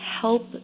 help